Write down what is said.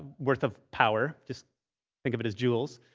worth of power. just think of it as joules.